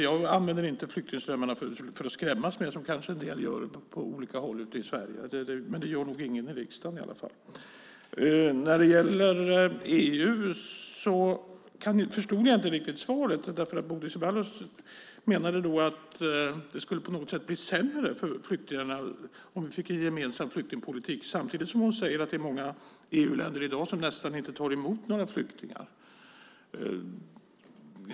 Jag använder inte flyktingströmmarna för att skrämmas, som en del kanske gör på olika håll i Sverige. Det gör nog ingen i riksdagen. När det gäller diskussionen om EU förstod jag inte riktigt svaret. Bodil Ceballos menade att det på något sätt skulle bli sämre för flyktingarna om vi fick en gemensam flyktingpolitik, samtidigt som hon säger att det är många EU-länder i dag som nästan inte tar emot några flyktingar alls.